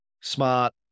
smart